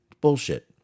Bullshit